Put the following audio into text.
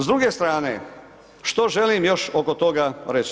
S druge strane, što želim još oko toga reć?